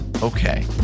Okay